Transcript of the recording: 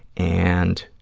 and